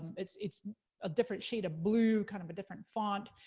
it's it's a different shade of blue, kind of a different font.